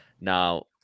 Now